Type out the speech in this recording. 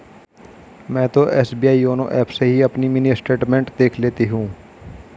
मैं तो SBI YONO app से ही अपनी मिनी स्टेटमेंट देख लेती हूँ